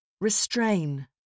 Restrain